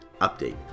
Update